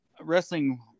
wrestling